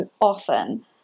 often